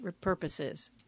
purposes